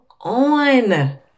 on